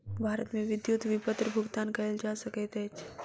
भारत मे विद्युत विपत्र भुगतान कयल जा सकैत अछि